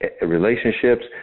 relationships